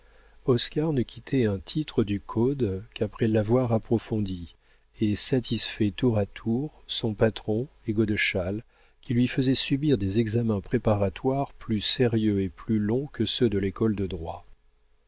oscar ne quittait un titre du code qu'après l'avoir approfondi et satisfait tour à tour son patron et godeschal qui lui faisaient subir des examens préparatoires plus sérieux et plus longs que ceux de l'école de droit